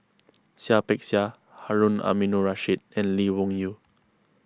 Seah Peck Seah Harun Aminurrashid and Lee Wung Yew